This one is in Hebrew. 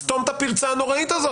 סתום את הפרצה הנוראית הזאת,